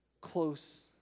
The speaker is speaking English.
close